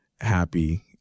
happy